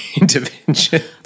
interventions